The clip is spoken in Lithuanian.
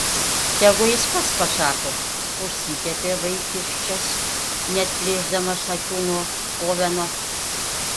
tegu jis pats pasako užsikepė vaikiščias neatplėšdamas akių nuo oveno